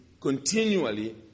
continually